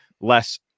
less